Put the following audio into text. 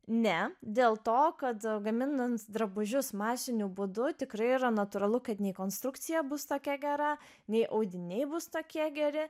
ne dėl to kad gaminant drabužius masiniu būdu tikrai yra natūralu kad nei konstrukcija bus tokia gera nei audiniai bus tokie geri